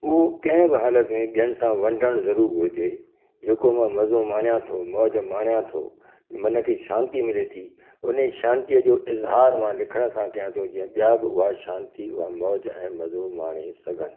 उहो कंहिं बि हालति में ॿियनि सां वडंणु ज़रूरु घुरिजे जेको मां मज़ो माणियां थो मौज माणियां थो मन खे शांति मिले थी उने शांतीअ जो इज़िहारु मां लिखण सां कयां थो जीअं ॿिया बि उहा शांति उहा मौज ऐं मज़ो माणे सघनि